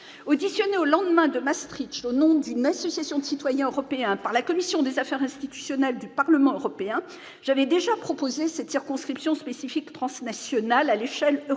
Auditionnée au lendemain de Maastricht, au nom d'une association de citoyens européens, par la commission des affaires institutionnelles du Parlement européen, j'avais déjà proposé cette circonscription spécifique transnationale à l'échelle européenne.